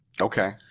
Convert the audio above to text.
Okay